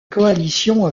coalition